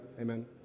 amen